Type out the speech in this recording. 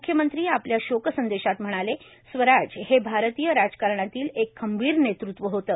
मुख्यमंत्री आपल्या शोक संदेशात म्हणाले स्वराज हे भारतीय राजकारणातील एक खंबीर नेतृत्व होते